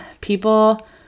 people